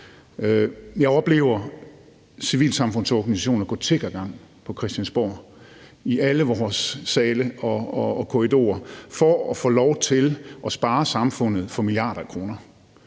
Jeg oplever civilsamfundsorganisationer gå tiggergang på Christiansborg i alle vores sale og korridorer for at få lov til at spare samfundet for milliarder af kroner.